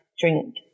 drink